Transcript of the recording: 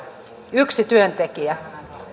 yksi työntekijä